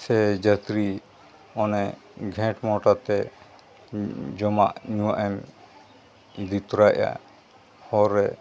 ᱥᱮ ᱡᱟᱹᱠᱨᱤ ᱚᱱᱮ ᱜᱷᱮᱸᱴ ᱢᱚᱴ ᱟᱛᱮᱫ ᱡᱚᱢᱟᱜ ᱧᱩᱣᱟᱜ ᱮᱢ ᱤᱫᱤ ᱛᱟᱨᱟᱭᱮᱫᱼᱟ ᱦᱚᱨ ᱨᱮ